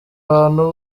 abantu